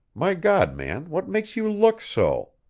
my god, man, what makes you look so?